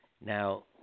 Now